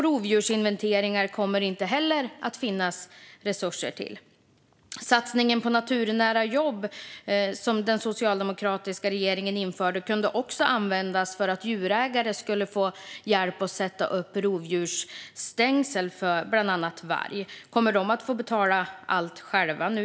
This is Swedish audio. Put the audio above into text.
Rovdjursinventeringar kommer det inte heller att finnas resurser till. Den socialdemokratiska regeringens satsning på naturnära jobb kunde också användas för att djurägare skulle få hjälp att sätta upp rovdjursstängsel mot bland annat varg. Kommer djurägarna få betala allt själva nu?